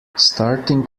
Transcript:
starting